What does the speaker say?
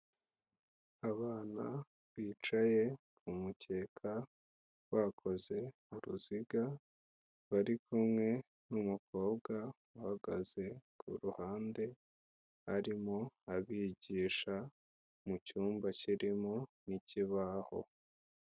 Abana bicaye ku mukeka bakoze uruziga, bari kumwe n'umukobwa, uhagaze ku ruhande arimo abigisha mu cyumba kirimo n'ikibaho.